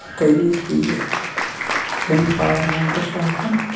طریقہٕ یُس یہِ یُس زَن یہِ پاور موٹر چھُ آسان